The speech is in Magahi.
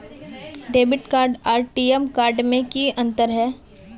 डेबिट कार्ड आर टी.एम कार्ड में की अंतर है?